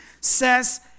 says